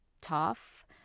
tough